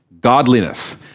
godliness